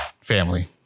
family